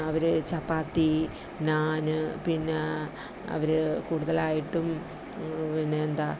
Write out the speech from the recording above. അവർ ചപ്പാത്തി നാന് പിന്നെ അവർ കൂടുതലായിട്ടും പിന്നെ എന്താ